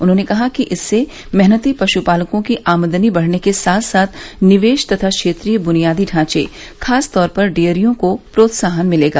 उन्होंने कहा कि इससे मेहनती पशुपालकों की आमदनी बढ़ने के साथ साथ निवेश तथा क्षेत्रीय ब्रुनियादी ढांचे खासतौर पर डेयरियों को प्रोत्साहन मिलेगा